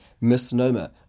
misnomer